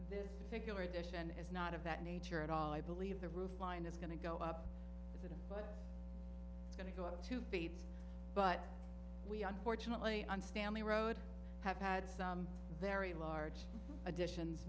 this particular edition is not of that nature at all i believe the roof line is going to go up as it is but it's going to go up two feet but we unfortunately on stanley road have had some very large additions